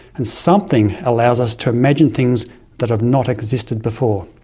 and something allows us to imagine things that have not existed before.